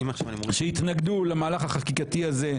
שהתנגדו למהלך החקיקתי הזה,